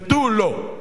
ותו לא.